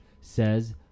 says